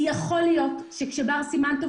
יכול להיות שכשבר סימן טוב,